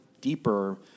deeper